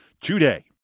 today